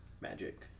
magic